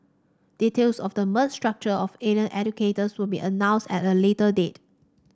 details of the merged structure for allied educators will be announced at a later date